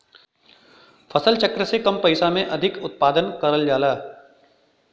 फसल चक्र से कम पइसा में अधिक उत्पादन करल जाला